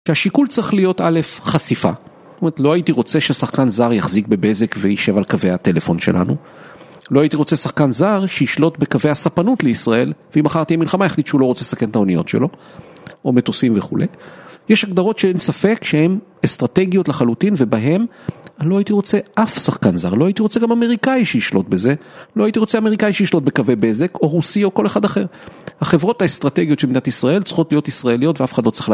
שהשיקול צריך להיות א', חשיפה. זאת אומרת, לא הייתי רוצה ששחקן זר יחזיק בבזק ויישב על קווי הטלפון שלנו. לא הייתי רוצה שחקן זר שישלוט בקווי הספנות לישראל, ואם מחר תהיה מלחמה, יחליט שהוא לא רוצה לסכן את האוניות שלו, או מטוסים וכו'. יש הגדרות שאין ספק שהן אסטרטגיות לחלוטין, ובהן, אני לא הייתי רוצה אף שחקן זר. לא הייתי רוצה גם אמריקאי שישלוט בזה. לא הייתי רוצה אמריקאי שישלוט בקווי בזק, או רוסי, או כל אחד אחר. החברות האסטרטגיות של מדינת ישראל צריכות להיות ישראליות ו...